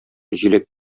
җиләк